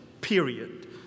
period